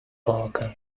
parker